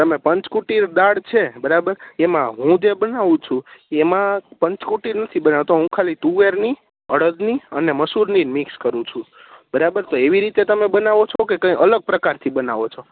તમે પંચ કુટિર દાળ છે બરાબર એમાં હું જે બનાવું છું એમાં પંચ કુટિર નથી બનાવતો હું ખાલી તુવેરની અડદની અને મસૂરની જ મિક્સ કરું છું બરાબર તો એવી રીતે તમે બનાવો છો કે કંઈ અલગ પ્રકારથી બનાવો છો